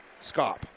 Scop